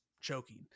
choking